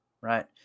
right